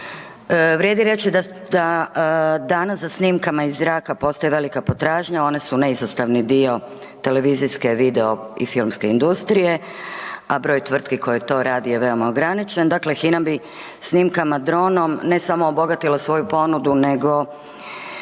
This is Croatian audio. Vrijedi reći da danas za snimkama iz zraka postoji velika potražnja, one su neizostavni dio televizijske, video i filmske industrije, a broj tvrtki koji to radi je veoma ograničen. Dakle HINA bi snimkama dronom, ne samo obogatila svoju ponudu, nego,